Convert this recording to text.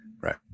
Right